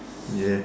ya